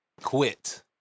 Quit